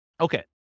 Okay